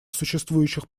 существующих